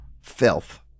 Filth